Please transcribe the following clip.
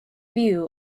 view